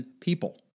people